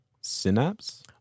synapse